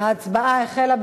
ההצבעה החלה.